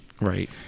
Right